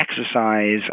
Exercise